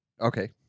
okay